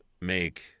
make